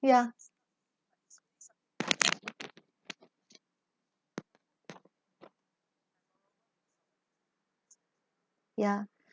ya ya